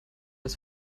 ist